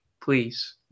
Please